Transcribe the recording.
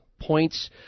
points